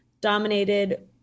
dominated